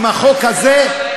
עם החוק הזה,